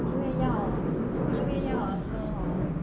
因为要因为要 also orh